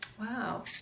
Wow